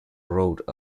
rhode